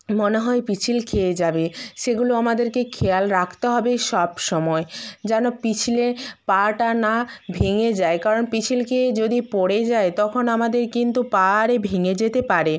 মনে হয় পিচ্ছিল খেয়ে যাবে সেগুলো আমাদেরকে খেয়াল রাখতে হবে সবসময় যেন পিছলে পাটা না ভেঙে যায় কারণ পিচ্ছিল খেয়ে যদি পড়ে যাই তখন আমাদের কিন্তু পা আরে ভেঙে যেতে পারে